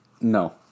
No